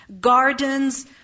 gardens